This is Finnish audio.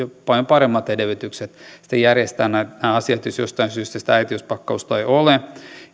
paljon paremmat edellytykset sitten järjestää nämä asiat jos jostain syystä sitä äitiyspakkausta ei ole